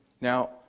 Now